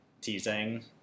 teasing